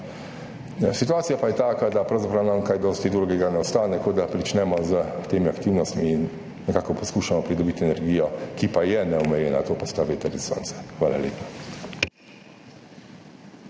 Situacija pa je taka, da nam pravzaprav kaj dosti drugega ne ostane, kot da pričnemo s temi aktivnostmi in nekako poskušamo pridobiti energijo, ki pa je neomejena, to sta veter in sonce. Hvala lepa.